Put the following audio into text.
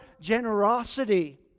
generosity